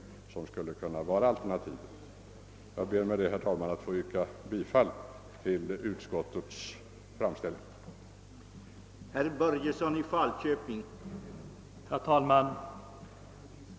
Jag ber med dessa ord, herr talman, att få yrka bifall till utskottets hemställan.